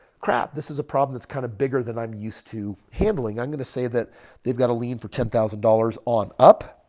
crap this is a problem that's kind of bigger than i'm used to handling. i'm going to say that they've got a lien for ten thousand dollars on up.